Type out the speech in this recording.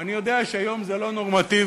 אני יודע שהיום זה לא נורמטיבי,